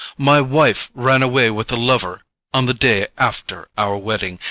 my wife ran away with a lover on the day after our wedding,